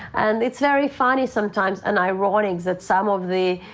and it's very funny sometimes and ironic that some of the,